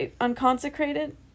unconsecrated